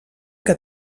que